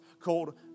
called